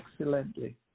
excellently